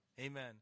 Amen